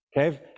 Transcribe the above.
Okay